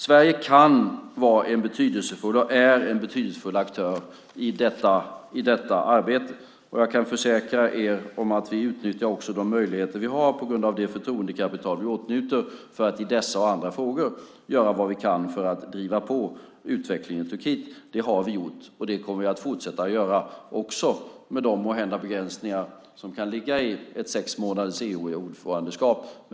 Sverige kan vara och är också en betydelsefull aktör i detta arbete. Jag kan försäkra er att vi utnyttjar de möjligheter vi har tack vare det förtroendekapital vi åtnjuter för att i dessa och andra frågor göra vad vi kan för att driva på utvecklingen i Turkiet. Det har vi gjort och kommer att fortsätta göra också med de måhända begränsningar som kan ligga i ett sex månaders EU-ordförandeskap.